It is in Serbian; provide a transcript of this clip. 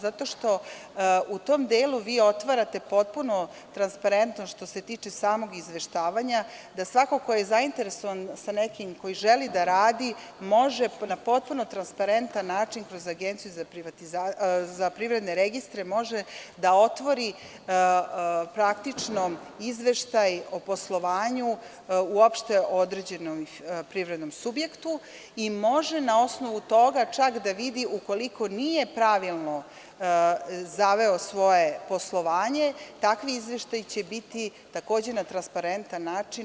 Zato što u tom delu vi otvarate potpuno transparentno, što se tiče samog izveštavanja, da svako ko je zainteresovan ko želi da radi, može na potpuno transparentan način kroz Agenciju za privredne registre da otvori praktično izveštaj o poslovanju uopšte određenom privrednom subjektu i može na osnovu toga čak da vidi ukoliko nije pravilno zaveo svoje poslovanje, takvi izveštaji će biti takođe na transparentan način.